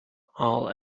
all